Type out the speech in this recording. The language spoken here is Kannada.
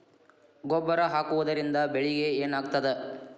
ಗೊಬ್ಬರ ಹಾಕುವುದರಿಂದ ಬೆಳಿಗ ಏನಾಗ್ತದ?